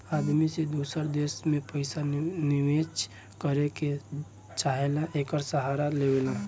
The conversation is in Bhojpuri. आदमी जे दूसर देश मे पइसा निचेस करे के चाहेला, एकर सहारा लेवला